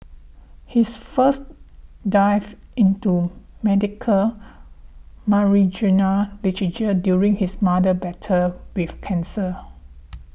his first delved into medical marijuana literature during his mother's battle with cancer